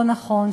לא נכון,